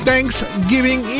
Thanksgiving